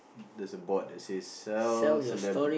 there's a board that says sell celeb